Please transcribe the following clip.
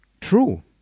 true